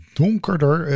donkerder